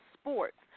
sports